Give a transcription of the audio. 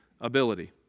ability